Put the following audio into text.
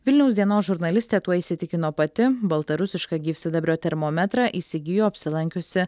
vilniaus dienos žurnalistė tuo įsitikino pati baltarusišką gyvsidabrio termometrą įsigijo apsilankiusi